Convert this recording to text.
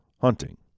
hunting